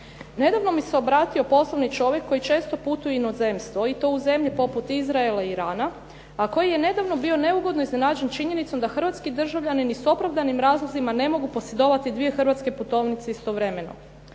Nedavno mi se obratio poslovni čovjek koji često putuje u inozemstvo i to u zemlje poput Izraela i Irana a koji je nedavno bio neugodno iznenađen činjenicom da hrvatski državljani s opravdanim razlozima ne mogu posjedovati dvije hrvatske putovnice istovremeno.